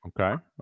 Okay